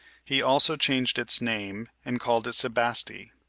he also changed its name, and called it sebaste.